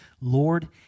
Lord